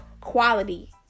quality